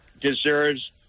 deserves